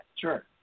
Sure